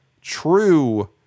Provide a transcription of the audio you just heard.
true